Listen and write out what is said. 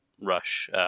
rush